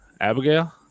Abigail